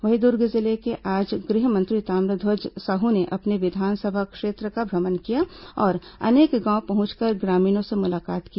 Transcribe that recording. वहीं दुर्ग जिले में आज गृह मंत्री ताम्रध्वज साहू ने अपने विधानसभा क्षेत्र का भ्रमण किया और अनेक गांव पहुंचकर ग्रामीणों से मुलाकात की